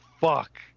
fuck